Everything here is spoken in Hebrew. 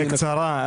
בקצרה,